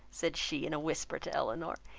said she, in a whisper, to elinor.